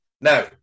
Now